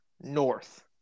North